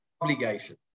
obligation